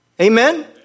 Amen